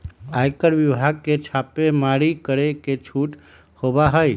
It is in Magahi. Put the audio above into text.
आयकर विभाग के छापेमारी करे के छूट होबा हई